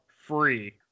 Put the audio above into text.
free